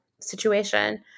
situation